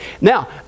now